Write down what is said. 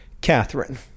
Catherine